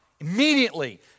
Immediately